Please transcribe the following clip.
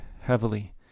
heavily